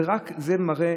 זה מראה